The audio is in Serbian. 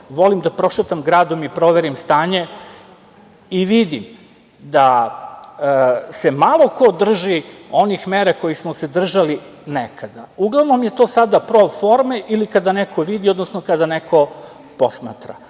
volim da prošetam gradom i proverim stanje i vidim da se malo ko drži onih mera kojih smo se držali nekada. Uglavnom je to sada proforme ili kada neko vidi, odnosno kada neko posmatra.